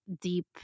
deep